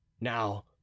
now